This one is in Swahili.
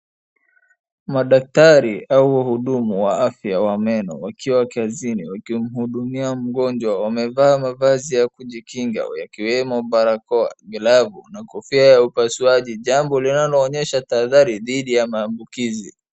Madaktari au wahudumu wa afya wa meno wakiwa kazini wakimhudumia mgonjwa. Wamevaa mavazi ya kujikinga wakiwemo barakoa, glavu na kofia ya upasuaji jambo linaloonyesha tahadhari dhidi ya maambukizi.